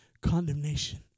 Condemnation